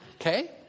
Okay